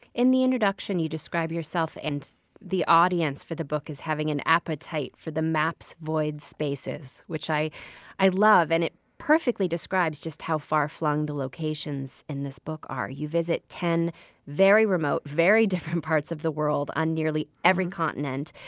in the introduction, you describe yourself and the audience for the book as having an appetite for the map's void spaces, which i i love and it perfectly describes just how far-flung the locations in this book are. you visit ten very remote, very different parts of the world, on nearly every continent.